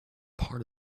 part